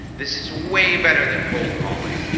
this is way better than cold calling.